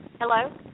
Hello